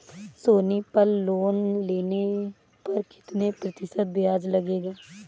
सोनी पल लोन लेने पर कितने प्रतिशत ब्याज लगेगा?